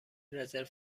رزرو